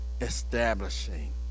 establishing